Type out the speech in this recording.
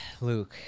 Luke